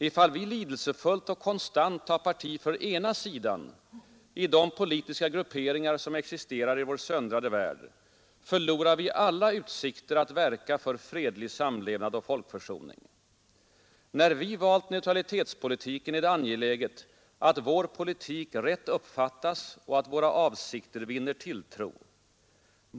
——— Ifall vi lidelsefullt och konstant tar parti för ena sidan i de politiska grupperingar som existerar i vår söndrade värld, förlorar vi alla utsikter att verka för fredlig sammanlevnad och folkförsoning. ——— När vi valt neutralitetspolitiken, är det angeläget att vår politik rätt uppfattas och att våra avsikter vinner tilltro.